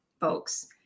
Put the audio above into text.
folks